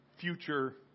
future